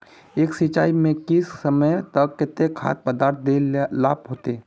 एक सिंचाई में किस समय पर केते खाद पदार्थ दे ला होते?